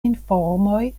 informoj